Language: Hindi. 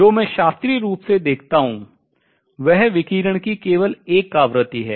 जो मैं शास्त्रीय रूप से देखता हूँ वह विकिरण की केवल एक आवृत्ति है